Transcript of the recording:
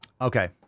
Okay